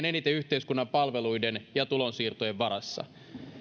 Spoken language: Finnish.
eniten yhteiskunnan palveluiden ja tulonsiirtojen varassa